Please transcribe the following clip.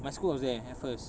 my school was there at first